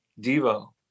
devo